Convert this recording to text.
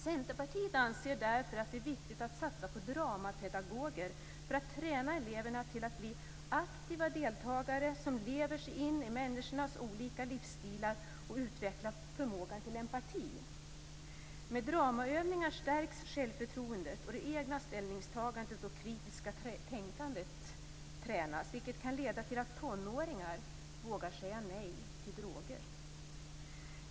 Centerpartiet anser därför att det är viktigt att satsa på dramapedagoger för att träna eleverna till att bli aktiva deltagare, som lever sig in i människors olika livsstilar och utvecklar förmåga till empati. Med dramaövningar stärks självförtroendet, och det egna ställningstagandet och kritiska tänkandet tränas, vilket kan leda till att tonåringar vågar säga nej till droger.